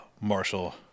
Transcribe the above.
marshall